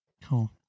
Cool